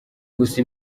gusa